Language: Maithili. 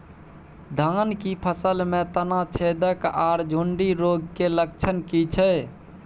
धान की फसल में तना छेदक आर सुंडी रोग के लक्षण की छै?